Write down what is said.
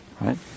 Right